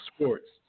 sports